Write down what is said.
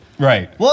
Right